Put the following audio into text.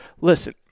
Listen